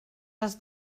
les